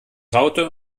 raute